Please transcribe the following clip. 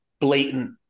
blatant